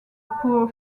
poor